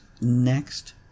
next